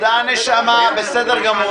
תודה נשמה, בסדר גמור.